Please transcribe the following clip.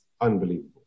unbelievable